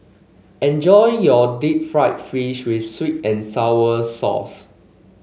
enjoy your Deep Fried Fish with sweet and sour sauce